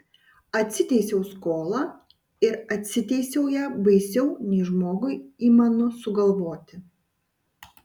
atsiteisiau skolą ir atsiteisiau ją baisiau nei žmogui įmanu sugalvoti